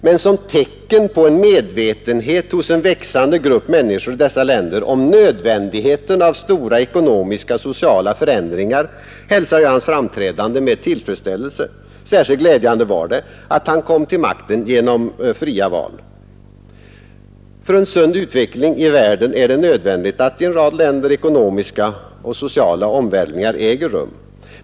Men som tecken på en medvetenhet hos en växande grupp människor i dessa länder om nödvändigheten av stora ekonomiska och sociala förändringar hälsar jag hans framträdande med tillfredsställelse. Särskilt glädjande var det att han kom till makten genom fria val. För en sund utveckling i världen är det nödvändigt att i en rad länder ekonomiska och sociala omvälvningar äger rum.